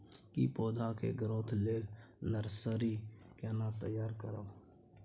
की पौधा के ग्रोथ लेल नर्सरी केना तैयार करब?